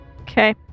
Okay